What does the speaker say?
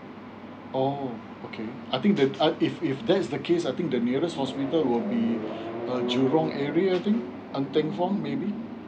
oh okay I think the if if that's the case I think the nearest hospital will be um jurong area I think ng teng fong maybe